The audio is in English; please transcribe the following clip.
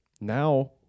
Now